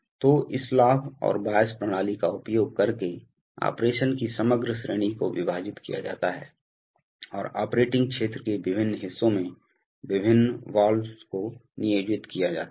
तो इस लाभ और बायस प्रणाली का उपयोग करके ऑपरेशन की समग्र श्रेणी को विभाजित किया जाता है और ऑपरेटिंग क्षेत्र के विभिन्न हिस्सों में विभिन्न वाल्वों को नियोजित किया जाता है